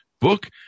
book